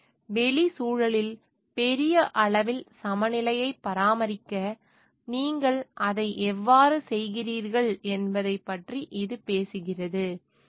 எனவே வெளிச் சூழலில் பெரிய அளவில் சமநிலையை பராமரிக்க நீங்கள் அதை எவ்வாறு செய்கிறீர்கள் என்பதைப் பற்றி இது பேசுகிறது